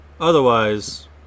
Otherwise